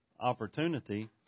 opportunity